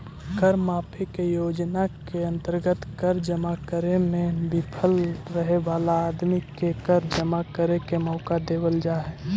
कर माफी के योजना के अंतर्गत कर जमा करे में विफल रहे वाला आदमी के कर जमा करे के मौका देवल जा हई